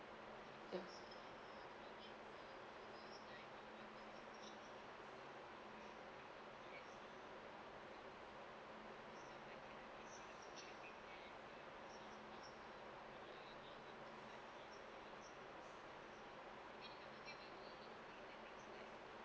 thanks